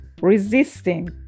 resisting